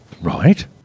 Right